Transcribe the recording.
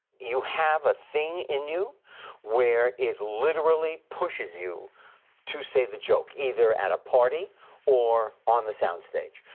you have a thing in you where it literally pushes you to say the joke either at a party or on the sound stage.